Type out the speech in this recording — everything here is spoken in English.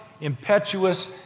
impetuous